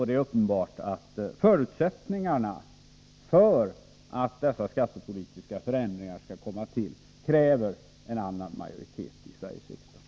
Det är uppenbart att det, för att dessa skattepolitiska förändringar skall komma till stånd, krävs en annan majoritet i Sveriges riksdag.